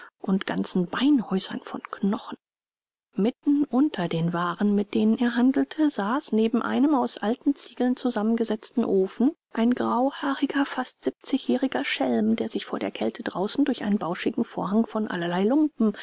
und ganzen beinhäusern von knochen mitten unter den waren mit denen er handelte saß neben einem aus alten ziegeln zusammengesetzten ofen ein grauhaariger fast siebzigjähriger schelm der sich vor der kälte draußen durch einen bauschigen vorhang von allerlei lumpen